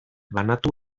banatu